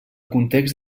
context